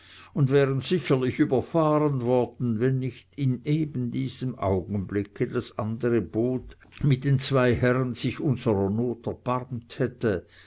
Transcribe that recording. und wären sicherlich überfahren worden wenn nicht in eben diesem augenblicke das andre boot mit den zwei herren sich unsrer not erbarmt hätte